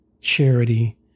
charity